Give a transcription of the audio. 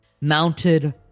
mounted